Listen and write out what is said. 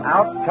Out